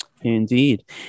Indeed